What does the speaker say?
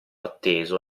atteso